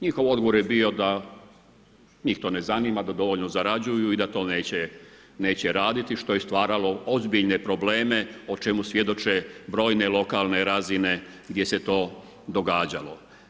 Njihov odgovor je bio da njih to ne zanima, da dovoljno zarađuju i da to neće raditi što je stvaralo ozbiljne probleme o čemu svjedoče brojne lokalne razine gdje se to događalo.